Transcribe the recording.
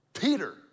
Peter